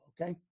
okay